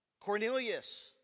Cornelius